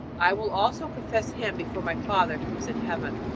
i will also confess him before my father who is in heaven.